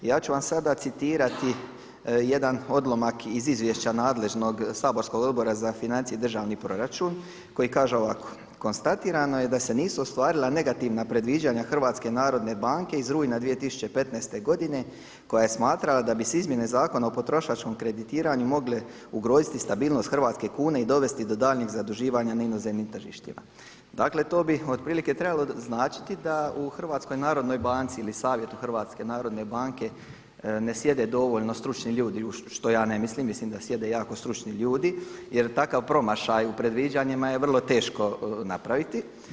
Ja ću vam sada citirati jedan odlomak iz izvješća nadležnog saborskog Odbora za financije i državni proračun koji kaže ovako: „ Konstatirano je da se nisu ostvarila negativna predviđanja HNB-a iz rujna 2015. godine koja je smatrala da bi se izmjene Zakona o potrošačkom kreditiranju mogle ugroziti stabilnost hrvatske kune i dovesti do daljnjeg zaduživanja na inozemnim tržištima.“ Dakle, to bi otprilike trebalo značiti da u HNB-u ili Savjetu HNB-a ne sjede dovoljno stručni ljudi što ja ne mislim, mislim da sjede jako stručni ljudi jer takav promašaj u predviđanjima je vrlo teško napraviti.